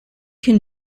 can